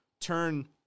turn